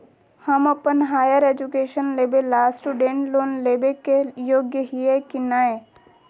हम अप्पन higher education लेबे ला स्टूडेंट लोन लेबे के योग्य हियै की नय?